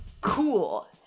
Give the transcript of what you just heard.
cool